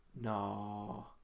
No